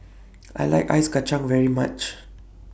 I like Ice Kacang very much